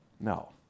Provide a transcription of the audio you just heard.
No